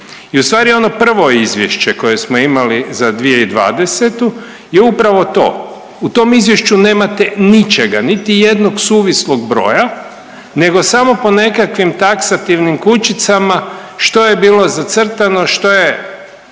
i ustvari ono prvo izvješće koje smo imali za 2020. je upravo to. U tom izvješću nemate ničega niti jednog suvislog broja nego samo po nekakvim taksativnim kućicama što je bilo zacrtano, što je